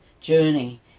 journey